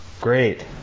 Great